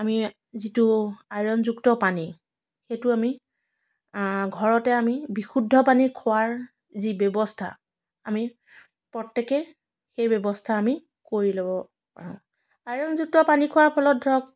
আমি যিটো আইৰনযুক্ত পানী সেইটো আমি ঘৰতে আমি বিশুদ্ধ পানী খোৱাৰ যি ব্যৱস্থা আমি প্ৰত্যেকেই এই ব্যৱস্থা আমি কৰি ল'ব আইৰনযুক্ত পানী খোৱাৰ ফলত ধৰক